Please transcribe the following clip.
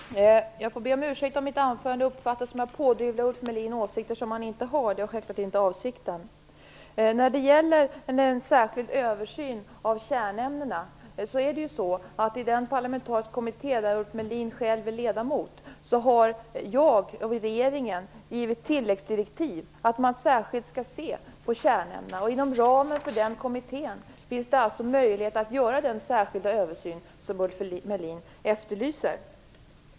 Herr talman! Jag får be om ursäkt om mitt anförande uppfattats som att jag försökt pådyvla Ulf Melin åsikter som han inte har. Det var självklart inte avsikten. När det gäller en särskild översyn av kärnämnena är det så att till den parlamentariska kommitté där Ulf Melin själv är ledamot har jag och regeringen givit tilläggsdirektiv att man särskilt skall se på kärnämnena. Inom ramen för den kommittén finns det möjlighet att göra den översyn som Ulf Melin efterlyser.